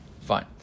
Fine